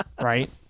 Right